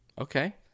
Okay